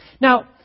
Now